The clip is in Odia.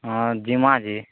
ହଁ ଜିମା ଯେ